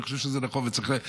אני חושב שזה נכון וצריך,